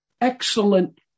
excellent